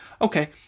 Okay